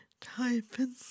typing